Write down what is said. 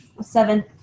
seven